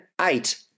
eight